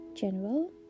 general